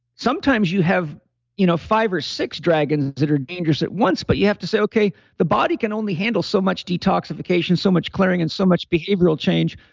sometimes you have you know five or six dragons that are dangerous at once, but you have to say, okay, the body can only handle so much detoxification, so much clearing and so much behavioral change.